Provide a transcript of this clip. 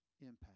impact